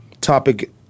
topic